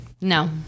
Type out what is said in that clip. No